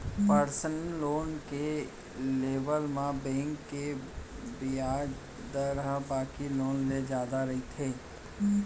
personal loan के लेवब म बेंक के बियाज दर ह बाकी लोन ले जादा रहिथे